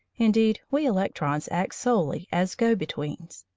indeed we electrons act solely as go-betweens.